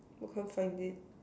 I can't find it